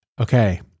Okay